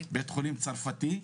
בית חולים צרפתי,